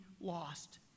lost